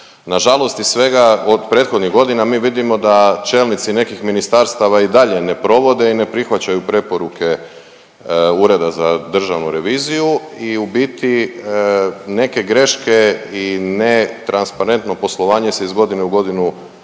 Na žalost iz svega od prethodnih godina, mi vidimo da čelnici nekih ministarstava i dalje ne provode i ne prihvaćaju preporuke Ureda za državnu reviziju i u biti neke greške i netransparentno poslovanje se iz godine u godinu